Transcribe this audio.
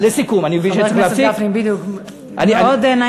לסיכום, אני מבין שאני צריך להפסיק.